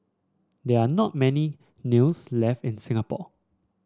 there are not many kilns left in Singapore